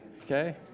Okay